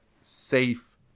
safe